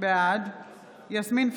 בעד יסמין פרידמן,